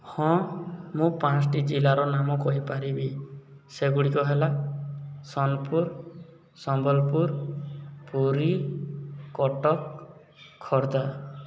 ହଁ ମୁଁ ପାଞ୍ଚଟି ଜିଲ୍ଲାର ନାମ କହିପାରିବି ସେଗୁଡ଼ିକ ହେଲା ସୋନପୁର ସମ୍ବଲପୁର ପୁରୀ କଟକ ଖୋର୍ଦ୍ଧା